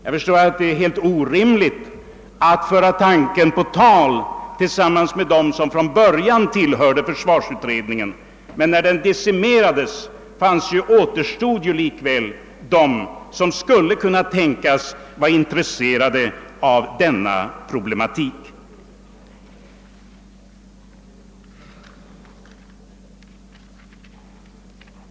Jag förstår att det är helt orimligt att föra tanken på tal med dem som från början tillhörde försvarsutredningen. Men när den decimerades återstod ju likväl de som skulle kunna tänkas vara intresserade av denna problematik.